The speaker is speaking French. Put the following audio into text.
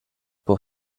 pour